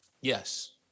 Yes